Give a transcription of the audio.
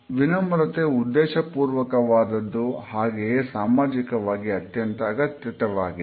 ವಿನಮ್ರತೆ ಉದ್ದೇಶಪೂರ್ವಕ ವಾದದ್ದು ಹಾಗೆಯೇ ಸಾಮಾಜಿಕವಾಗಿ ಅತ್ಯಂತ ಅಗತ್ಯವಾಗಿದೆ